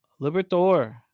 Libertor